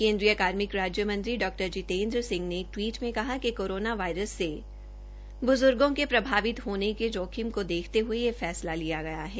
केन्द्रीय कार्मिक राज्य मंत्री डॉ जितेन्द्र सिंह ने एक टवीट में कहा है कि कोरोना वायरस से बुजुर्गो को प्रभावित होने के जोखिम को देखते हए यह फैसला लिया गया है